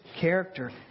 character